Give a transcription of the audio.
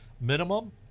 minimum